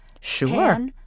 Sure